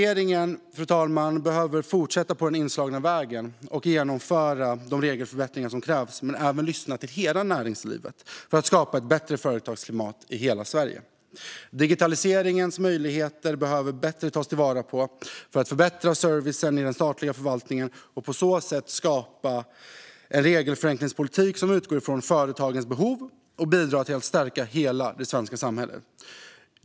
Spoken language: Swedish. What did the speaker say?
Denna regering behöver fortsätta på den inslagna vägen och genomföra de regelförbättringar som krävs men även lyssna till hela näringslivet för att skapa ett bättre företagsklimat i hela Sverige. Digitaliseringens möjligheter behöver bättre tas till vara så att man kan förbättra servicen i den statliga förvaltningen. På så sätt skapas en regelförenklingspolitik som utgår från företagens behov och som bidrar till att stärka hela det svenska samhället.